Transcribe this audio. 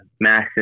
massive